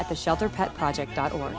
at the shelter pet project o